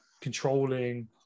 controlling